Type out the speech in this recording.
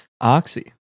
oxy